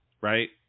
right